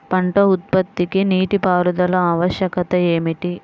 పంట ఉత్పత్తికి నీటిపారుదల ఆవశ్యకత ఏమిటీ?